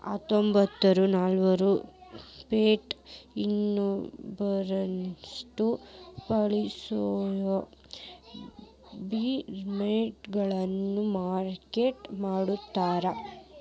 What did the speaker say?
ಹತ್ತೊಂಬತ್ತನೂರ ನಲವತ್ತ್ಯೋಳರಾಗ pet insurance ಪಾಲಿಸಿಯನ್ನ ಬ್ರಿಟನ್ನ್ಯಾಗ ಮಾರಾಟ ಮಾಡ್ಯಾರ